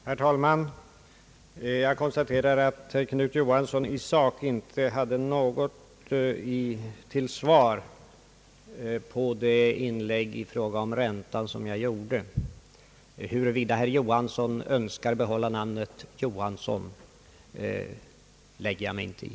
Herr talman! Jag konstaterar att herr Knut Johansson i sak inte hade något att anföra till svar på det inlägg i fråga om räntan som jag gjorde. Huruvida herr Johansson önskar behålla namnet Johansson lägger jag mig inte i.